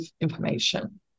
information